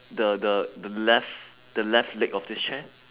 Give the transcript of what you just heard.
the the the left the left leg of this chair